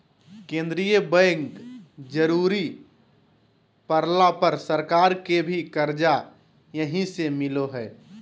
केंद्रीय बैंक जरुरी पड़ला पर सरकार के भी कर्जा यहीं से मिलो हइ